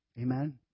Amen